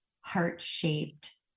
heart-shaped